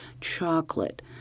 chocolate